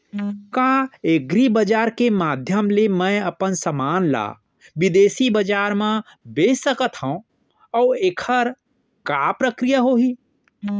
का एग्रीबजार के माधयम ले मैं अपन समान ला बिदेसी बजार मा बेच सकत हव अऊ एखर का प्रक्रिया होही?